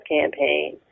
campaign